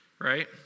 right